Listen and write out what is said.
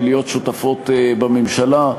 מלהיות שותפות בממשלה.